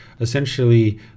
essentially